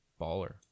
Baller